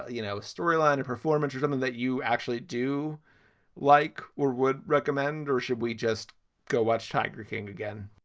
you know, storyline and performance or something that you actually do like or would recommend or should we just go watch tiger king again?